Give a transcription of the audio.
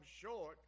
short